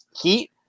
heat